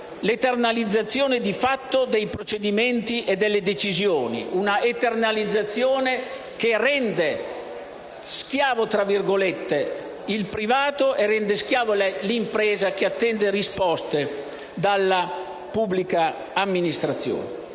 l'eternalizzazione di fatto dei procedimenti e delle decisioni; una eternalizzazione che rende "schiavo" il privato e rende "schiava" l'impresa che attende risposte dalla pubblica amministrazione.